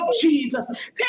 Jesus